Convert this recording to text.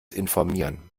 informieren